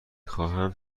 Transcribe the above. خواهمم